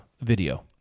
video